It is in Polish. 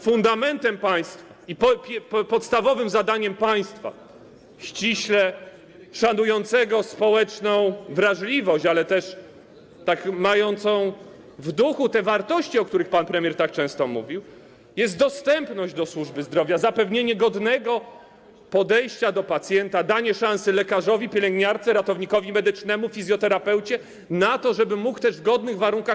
Fundamentem państwa i podstawowym zadaniem państwa szanującego społeczną wrażliwość, ale też i mającego w duchu te wartości, o których pan premier tak często mówił, jest zapewnienie dostępności służby zdrowia, zapewnienie godnego podejścia do pacjenta, danie szansy lekarzowi, pielęgniarce, ratownikowi medycznemu, fizjoterapeucie na to, żeby mógł pracować w godnych warunkach.